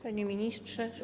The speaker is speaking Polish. Panie Ministrze!